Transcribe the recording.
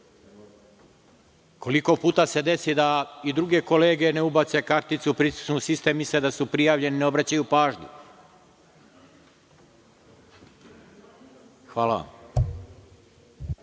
Koliko puta se desi da i druge kolege ne ubace karticu, pritisnu sistem, misle da su prijavljeni, ne obraćaju pažnju. Hvala vam.